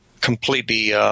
completely